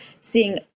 seeing